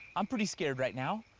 i'm pretty scared right now.